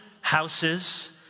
houses